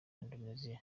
indonesia